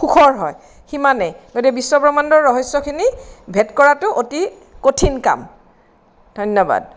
সুখৰ হয় সিমানেই গতিকে বিশ্বব্ৰহ্মাণ্ডৰ ৰহস্যখিনি ভেদ কৰাটো অতি কঠিন কাম ধন্যবাদ